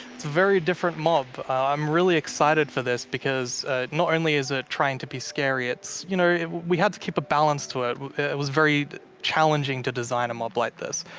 very different mob. i'm really excited for this because not only is it ah trying to be scary, it's you know we had to keep a balance to it. it was very challenging to design a mob like this.